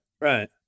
right